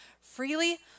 freely